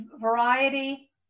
variety